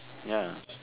ya